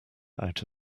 out